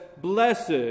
Blessed